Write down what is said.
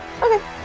Okay